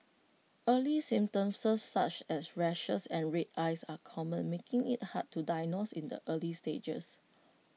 early symptoms as such as rashes and red eyes are common making IT hard to diagnose in the early stages